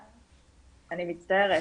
אני מצטערת,